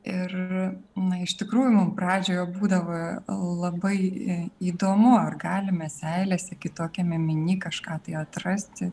ir na iš tikrųjų pradžioje būdavo labai įdomu ar galime seilėse kitokiam ėminy kažką tai atrasti